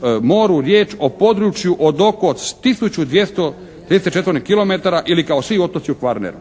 razumije./… četvornih kilometara ili kao svi otoci u Kvarneru.